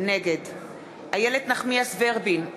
נגד איילת נחמיאס ורבין,